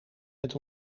met